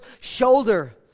shoulder